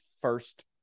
first